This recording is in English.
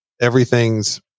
everything's